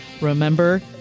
Remember